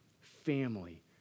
Family